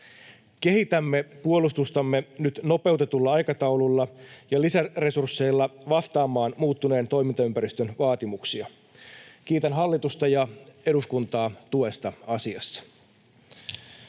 Kehitämme puolustustamme nyt nopeutetulla aikataululla ja lisäresursseilla vastaamaan muuttuneen toimintaympäristön vaatimuksia. Kiitän hallitusta ja eduskuntaa tuesta asiassa.